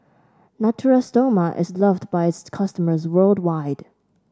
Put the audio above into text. Natura Stoma is loved by its customers worldwide